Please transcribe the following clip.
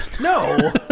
No